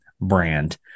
brand